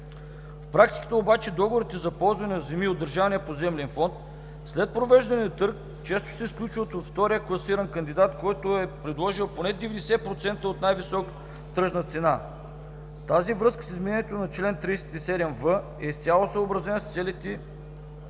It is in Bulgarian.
В практиката обаче договорите за ползване на земи от държавния поземлен фонд след провеждане на търг често се сключват с втория класиран кандидат, който е предложил поне 90% от най-високата тръжна цена. В тази връзка изменението на чл. 37в е изцяло съобразено с целите